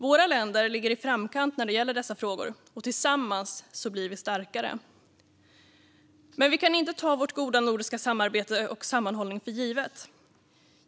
Våra länder ligger i framkant när det gäller dessa frågor. Tillsammans blir vi starkare. Vi kan dock inte ta vårt goda nordiska samarbete och sammanhållningen för givna.